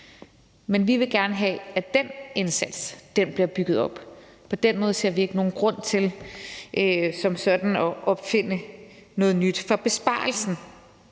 Men vi vil gerne have, at den indsats bliver bygget op. På den måde ser vi ikke nogen grund til som sådan at opfinde noget nyt. For besparelsen